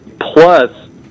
plus